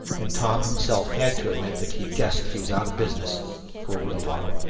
and tom himself had to admit that he guessed he was out of business for a little while.